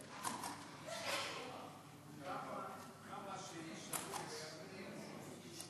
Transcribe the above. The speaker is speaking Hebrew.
סעיפים 1 2 נתקבלו.